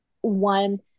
one